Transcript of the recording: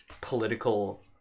political